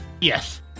Yes